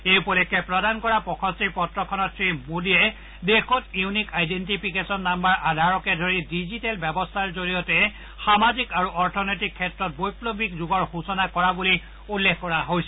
এই উপলক্ষে প্ৰদান কৰা প্ৰশস্তিপত্ৰখনত শ্ৰীমোদীয়ে দেশত ইউনিক আইডেনটিফিকেচন নাম্বাৰ আধাৰকে ধৰি ডিজিটেল ব্যৱস্থাৰ জৰিয়তে সামাজিক আৰু অৰ্থনৈতিক ক্ষেত্ৰত বৈপ্লৱিক যুগৰ সূচনা কৰা বুলি উল্লেখ কৰা হৈছে